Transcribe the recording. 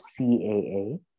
CAA